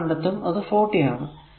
നാം കണ്ടെത്തും അത് 40 Ω ആണ്